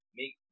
make